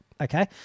okay